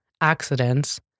accidents